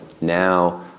now